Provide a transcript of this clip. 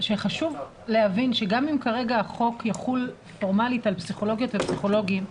שחשוב להבין שגם אם כרגע החוק יחול פורמלית על פסיכולוגיות ופסיכולוגים,